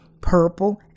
purple